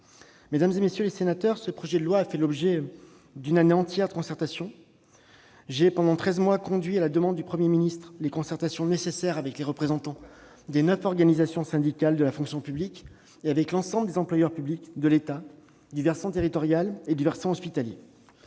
Mesdames, messieurs les sénateurs, ce projet de loi a fait l'objet d'une année entière de concertation. J'ai conduit pendant treize mois, à la demande du Premier ministre, les concertations nécessaires avec les représentants des neuf organisations syndicales de la fonction publique et avec l'ensemble des employeurs publics des trois fonctions publiques.